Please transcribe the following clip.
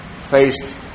faced